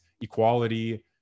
equality